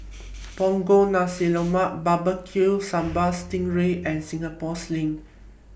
Punggol Nasi Lemak Barbecue Sambal Sting Ray and Singapore Sling